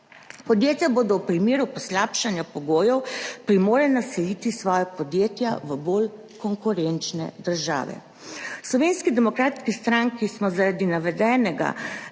Podjetja bodo v primeru poslabšanja pogojev primorana naseliti svoja podjetja v bolj konkurenčne države. V Slovenski demokratski stranki smo zaradi navedenega